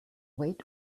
weight